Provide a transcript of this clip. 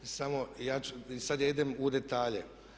Samo ja sad idem u detalje.